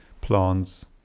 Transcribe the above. plants